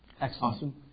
Excellent